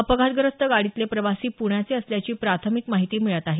अपघातग्रस्त गाडीतले प्रवासी प्ण्याचे असल्याची प्राथमिक माहिती मिळत आहे